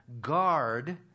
guard